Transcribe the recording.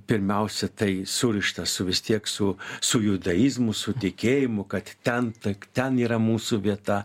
pirmiausia tai surišta su vis tiek su su judaizmu su tikėjimu kad ten tik ten yra mūsų vieta